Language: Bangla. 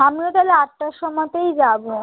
আমিও তাহলে আটটার সময়তেই যাবো